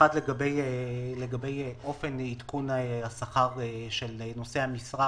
האחד הוא לגבי אופן עדכון השכר של נושאי המשרה